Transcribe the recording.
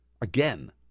Again